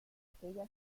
aquella